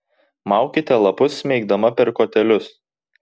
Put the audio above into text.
maukite lapus smeigdama per kotelius